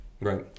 Right